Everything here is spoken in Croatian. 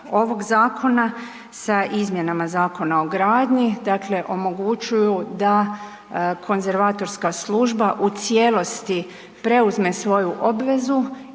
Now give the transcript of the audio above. ovog zakona sa izmjena Zakona o gradnji, dakle omogućuju da konzervatorska služba u cijelosti preuzme svoju obvezu